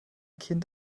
kind